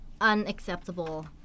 unacceptable